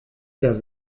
der